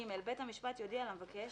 (ג)בית המשפט יודיע למבקש